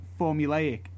formulaic